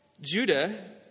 Judah